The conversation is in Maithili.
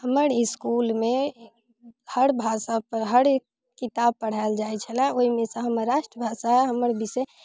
हमर इसकुलमे हर भाषा हर किताब पढ़ायल जाइ छलै ओइमे सँ हमर राष्ट्रभाषा हमर विषय